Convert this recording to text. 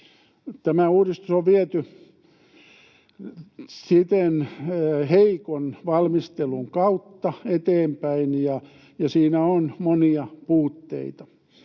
Tämä uudistus on viety siten heikon valmistelun kautta eteenpäin, ja siinä on monia puutteita.